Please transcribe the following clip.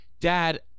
Dad